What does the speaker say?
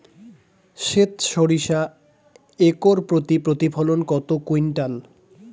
সেত সরিষা একর প্রতি প্রতিফলন কত কুইন্টাল?